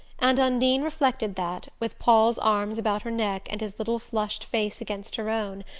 and undine reflected that, with paul's arms about her neck, and his little flushed face against her own,